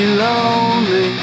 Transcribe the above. lonely